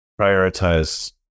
prioritize